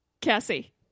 Cassie